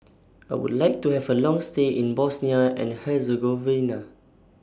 I Would like to Have A Long stay in Bosnia and Herzegovina